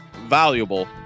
valuable